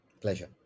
Pleasure